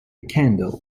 candle